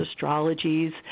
astrologies